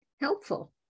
helpful